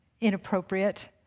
inappropriate